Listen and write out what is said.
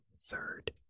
third